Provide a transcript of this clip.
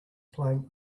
playing